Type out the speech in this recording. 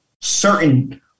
certain